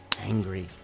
angry